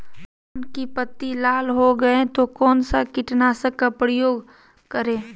धान की पत्ती लाल हो गए तो कौन सा कीटनाशक का प्रयोग करें?